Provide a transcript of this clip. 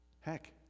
Heck